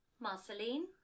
Marceline